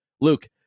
Luke